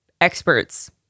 experts